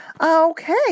Okay